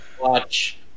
watch